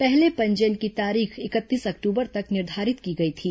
पहले पंजीयन की तारीख इकतीस अक्टूबर तक निर्घारित की गई थी